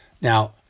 Now